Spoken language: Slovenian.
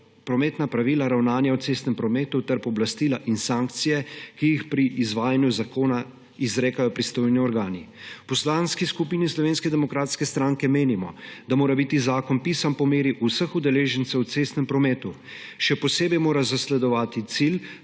prometna pravila ravnanja v cestnem prometu ter pooblastila in sankcije, ki jih pri izvajanju zakona izrekajo pristojni organi. V Poslanski skupini SDS menimo, da mora biti zakon pisan po meri vseh udeležencev v cestnem prometu. Še posebej mora zasledovati cilj,